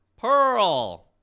Pearl